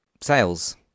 Sales